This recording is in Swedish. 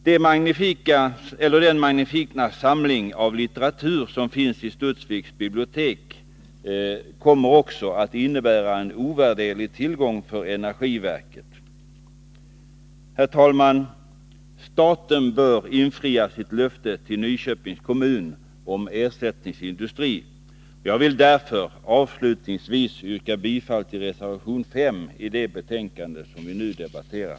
Den magnifika samling av litteratur som finns i Studsviks bibliotek kommer också att vara en ovärderlig tillgång för energiverket. Herr talman! Staten bör infria sitt löfte till Nyköpings kommun om ersättningsindustri. Jag vill därför avslutningsvis yrka bifall till reservation 5 i det betänkande som vi nu debatterar.